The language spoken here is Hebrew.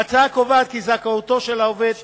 ההצעה קובעת כי זכאותו של העובד תחול,